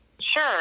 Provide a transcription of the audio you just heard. Sure